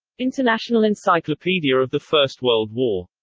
international encyclopedia of the first world war.